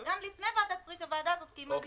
אבל גם לפני ועדת פריש הוועדה הזאת קיימה דיונים.